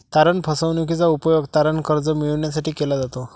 तारण फसवणूकीचा उपयोग तारण कर्ज मिळविण्यासाठी केला जातो